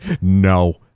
no